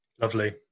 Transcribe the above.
lovely